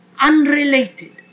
unrelated